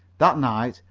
that night,